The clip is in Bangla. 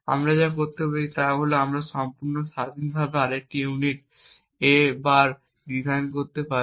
আমরা যা করতে পারি তা হল আমরা সম্পূর্ণ স্বাধীনভাবে আরেকটি ইউনিট A ডিজাইন করতে পারি